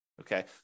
okay